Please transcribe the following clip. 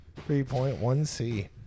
3.1C